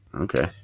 okay